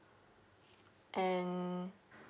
and